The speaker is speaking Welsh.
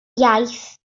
iaith